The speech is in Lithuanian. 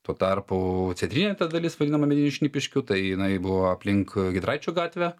tuo tarpu centrinė ta dalis vadinama medinių šnipiškių tai jinai buvo aplink giedraičių gatvę